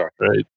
right